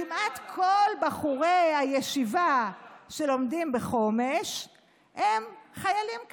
כמעט כל בחורי הישיבה שלומדים בחומש הם חיילים כאלה,